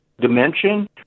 dimension